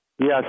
Yes